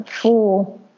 four